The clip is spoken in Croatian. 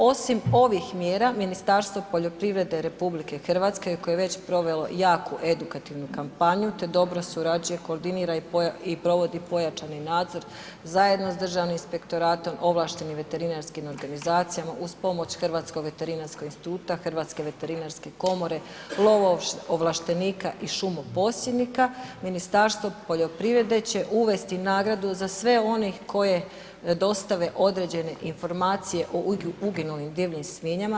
Osim ovih mjera Ministarstvo poljoprivrede RH koje je već provelo jaku edukativnu kampanju te dobro surađuje, koordinira i provodi pojačani nadzor zajedno sa Državnim inspektoratom, ovlaštenim veterinarskim organizacijama uz pomoć Hrvatskog veterinarskog instituta, Hrvatske veterinarske komore, lovoovlaštenika i šumoposjednika Ministastvo poljoprivrede će uvesti nagradu za sve one koji dostave određene informacije o uginulim divljim svinjama.